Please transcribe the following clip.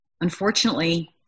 unfortunately